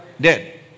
dead